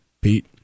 Pete